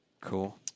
Cool